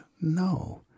no